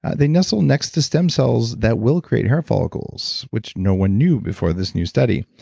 they nestle next to stem cells that will create hair follicles, which no one knew before this new study.